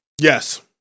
Yes